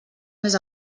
més